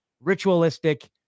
ritualistic